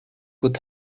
would